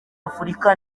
afurika